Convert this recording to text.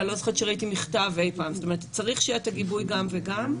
ואני לא זוכרת שראיתי מכתב אי פעם וצריך שיהיה את הגיבוי גם וגם.